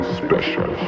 special